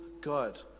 God